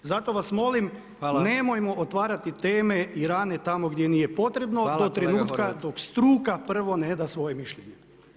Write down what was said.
Zato vas molim nemojmo otvarati teme i rane tamo gdje nije potrebno [[Upadica predsjednik: Hvala kolega Horvat.]] do trenutka dok struka prvo ne da svoje mišljenje.